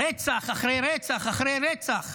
רצח אחרי רצח אחרי רצח,